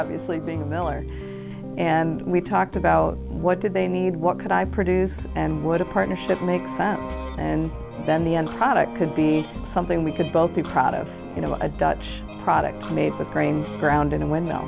obviously being a miller and we talked about what did they need what could i produce and what a partnership makes sense and then the end product could be something we could both be proud of you know a dutch product made with grain ground in the window